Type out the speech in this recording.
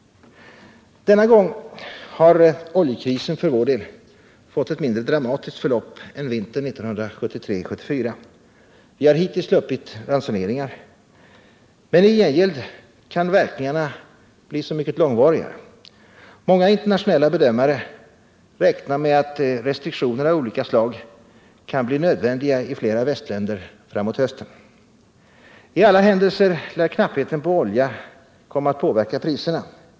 Denna gång har oljekrisen för vår del fått ett mindre dramatiskt förlopp än vintern 1973-1974. Vi har hittills sluppit ransoneringar. Men i gengäld kan verkningarna bli så mycket långvarigare. Många internationella bedömare räknar med att restriktioner av olika slag kan bli nödvändiga i flera västländer framåt hösten. I alla händelser lär knappheten på olja komma att påverka priserna.